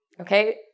Okay